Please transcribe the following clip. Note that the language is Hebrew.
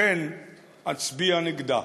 לכן אצביע נגדה.